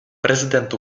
президент